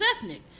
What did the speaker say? ethnic